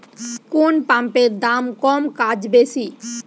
কোন পাম্পের দাম কম কাজ বেশি?